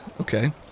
Okay